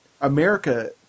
America